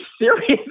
serious